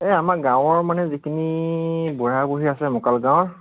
এই আমাৰ গাৱঁৰ মানে যিখিনি বুঢ়া বুঢ়ী আছে মোকাল গাঁৱৰ